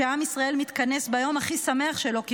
שעם ישראל מתכנס ביום הכי שמח שלו כביכול,